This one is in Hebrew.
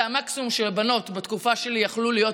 זה המקסימום שבנות בתקופה שלי יכלו להיות.